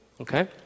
okay